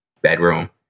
bedroom